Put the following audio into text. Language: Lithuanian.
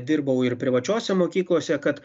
dirbau ir privačiose mokyklose kad